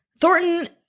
Thornton